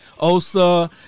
Osa